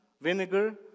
vinegar